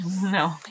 No